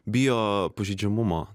bijo pažeidžiamumo